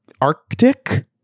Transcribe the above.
Arctic